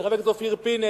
של חבר הכנסת אופיר פינס,